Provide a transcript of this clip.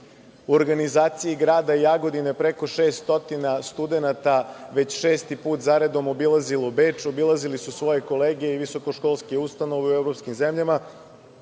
u organizaciji grada Jagodine preko 600 studenata već šesti put za redom obilazilo Beč, obilazili su svoje kolege i visokoškolske ustanove u evropskim zemljama,